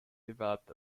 developed